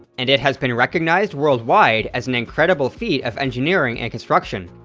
and it has been recognized worldwide as an incredible feat of engineering and construction.